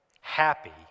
happy